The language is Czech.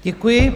Děkuji.